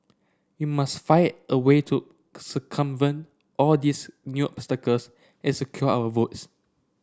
we must find a way to circumvent all these new obstacles and secure our votes